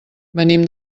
venim